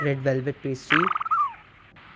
red velvet pastry